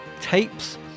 tapes